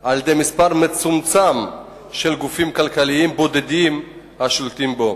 על-ידי מספר מצומצם של גופים כלכליים השולטים בו.